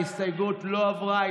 ההסתייגות לא עברה.